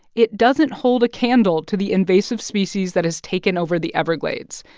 it doesn't hold a candle to the invasive species that has taken over the everglades.